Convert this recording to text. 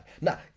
Now